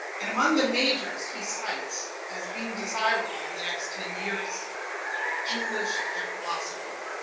and among the majors he cites as being desirable in the next ten years english and philosophy.